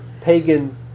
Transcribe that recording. pagan